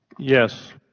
yes.